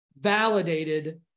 validated